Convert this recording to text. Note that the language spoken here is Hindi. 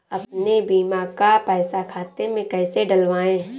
अपने बीमा का पैसा खाते में कैसे डलवाए?